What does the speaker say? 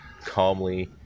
calmly